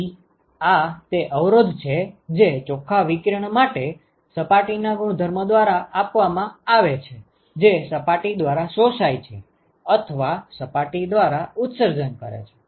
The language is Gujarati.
તેથી આ તે અવરોધ છે જે ચોખ્ખા વિકિરણ માટે સપાટીના ગુણધર્મો દ્વારા આપવામાં આવે છે જે સપાટી દ્વારા શોષાય છે અથવા સપાટી દ્વારા ઉત્સર્જન કરે છે